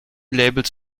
labels